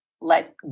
let